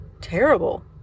Terrible